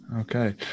Okay